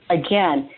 again